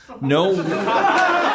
No